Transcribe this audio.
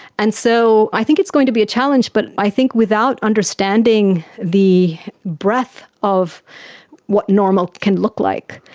and so i think it's going to be a challenge, but i think without understanding the breadth of what normal can look like,